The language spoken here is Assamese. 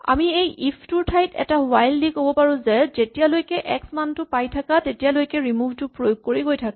আমি এই ইফ টোৰ ঠাইত এটা হুৱাইল দি ক'ব পাৰো যে যেতিয়ালৈকে এক্স মানটো পাই থাকা তেতিয়ালৈকে ৰিমোভ টো প্ৰয়োগ কৰি গৈ থাকা